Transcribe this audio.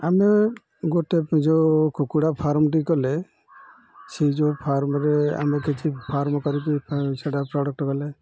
ଆମେ ଗୋଟେ ଯେଉଁ କୁକୁଡ଼ା ଫାର୍ମଟି କଲେ ସେଇ ଯେଉଁ ଫାର୍ମରେ ଆମେ କିଛି ଫାର୍ମ କରିକି ସେଇଟା ପ୍ରଡ଼କ୍ଟ ଗଲେ